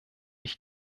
ich